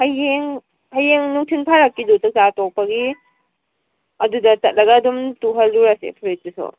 ꯍꯌꯦꯡ ꯍꯌꯦꯡ ꯅꯨꯡꯊꯤꯜ ꯐꯔꯛꯀꯤꯗꯣ ꯆꯥꯛꯆꯥ ꯇꯣꯛꯄꯒꯤ ꯑꯗꯨꯗ ꯆꯠꯂꯒ ꯑꯗꯨꯝ ꯇꯨꯍꯜꯂꯨꯔꯁꯤ ꯐꯨꯔꯤꯠꯇꯨꯁꯨ